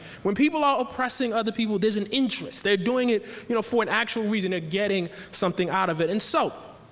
when people are oppressing other people, there's an interest. they're doing it you know for an actual reason. they're getting something out of it. and so